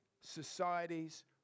societies